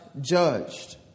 judged